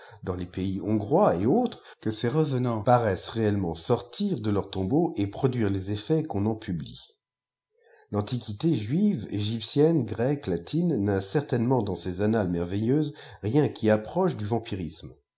dans les pays hongrois et autres que ces revenants ipffijmppx fri de leurs tombeaux et produire les effets qu on en puolie l'antiquité juive égyptienne grecque latine n'a certainement dans ses annales merveilleuses rien qui approche du vampirisme